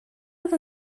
oedd